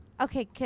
Okay